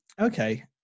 Okay